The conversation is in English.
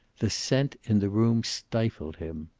the scent in the room stifled him.